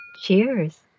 Cheers